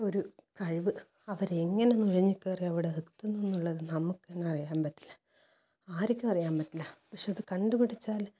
ഒരു കഴിവ് അവരെങ്ങനെ നുഴഞ്ഞു കയറി അവിടെ എത്തുന്നു എന്നുള്ളത് നമുക്ക് തന്നെ അറിയാൻ പറ്റില്ല ആർക്കും അറിയാൻ പറ്റില്ല പക്ഷെ അത് കണ്ടുപിടിച്ചാൽ